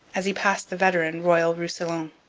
as he passed the veteran royal roussillon.